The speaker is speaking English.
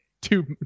two